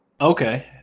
okay